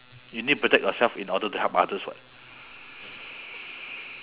you need protect yourself in order to help others what